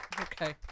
Okay